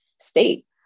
state